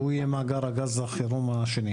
והוא יהיה מאגר הגז החירום השני.